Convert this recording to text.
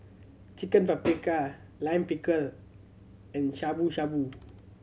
Chicken Paprika Lime Pickle and Shabu Shabu